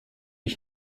ich